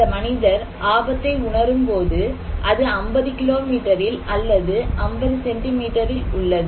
இந்த மனிதர் ஆபத்தை உணரும்போது அது 50 கிலோ மீட்டரில் அல்ல 50 சென்டி மீட்டரில் உள்ளது